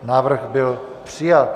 Návrh byl přijat.